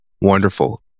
wonderful